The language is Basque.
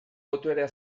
boterea